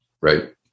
Right